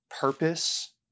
purpose